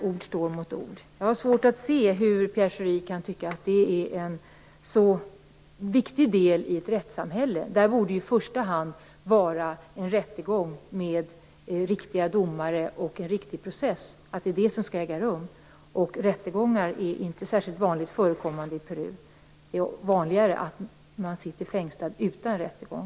Ord står mot ord där. Jag har svårt att se hur Pierre Schori kan tycka att detta är en så viktig del i ett rättssamhälle. Det borde i första hand vara en rättegång med riktiga domare och en riktig process som skall äga rum. Rättegångar är inte särskilt vanligt förekommande i Peru. Det är vanligare att man sitter fängslad utan rättegång.